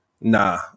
nah